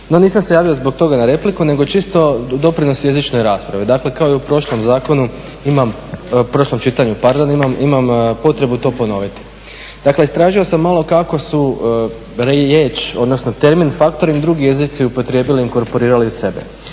No nisam se javio zbog toga na repliku nego čisto doprinos jezičnoj raspravi. Dakle kao i u prošlom zakonu imam, prošlom čitanju, pardon, imam potrebu to ponoviti. Dakle istražio sam malo kako su riječ, odnosno termin faktoring drugi jezici upotrijebili inkorporirali u sebe.